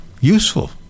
useful—